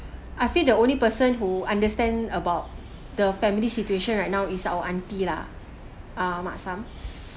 I feel the only person who understand about the family situation right now is our auntie lah ah mak sam